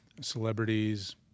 celebrities